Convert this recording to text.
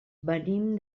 venim